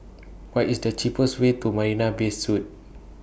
What IS The cheapest Way to Marina Bay Suites